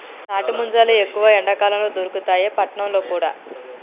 తాటి ముంజలు ఎక్కువ ఎండాకాలం ల దొరుకుతాయి పట్నంల కూడా